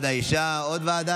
התשפ"ג 2022,